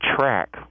track